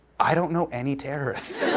i don't know any terrorists.